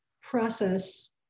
process